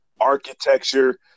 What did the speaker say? architecture